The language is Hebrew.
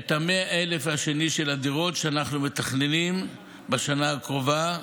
את ה-100,000 השני של הדירות שאנחנו מתכננים בשנה הקרובה,